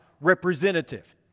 representative